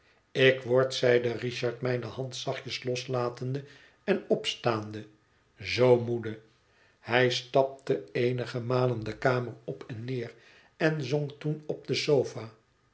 ik word zeide richard mijne hand zachtjes loslatende en opstaande zoo moede hij stapte eenige malen de kamer op en neer en zonk toen op de sofa